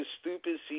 stupid